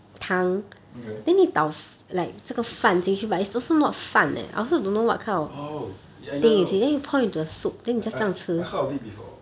okay oh I know I know I heard of it before